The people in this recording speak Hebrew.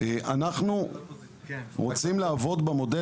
אנחנו רוצים לעבוד במודל